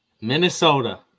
Minnesota